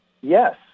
yes